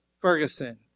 Ferguson